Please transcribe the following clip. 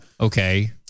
okay